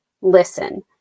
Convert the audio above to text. Listen